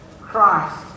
Christ